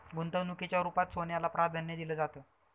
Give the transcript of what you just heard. गुंतवणुकीच्या रुपात सोन्याला प्राधान्य दिलं जातं